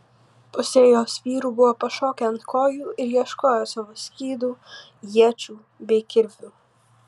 pusė jos vyrų buvo pašokę ant kojų ir ieškojo savo skydų iečių bei kirvių